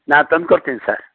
ನಾ ತಂದು ಕೊಡ್ತೀನಿ ಸರ್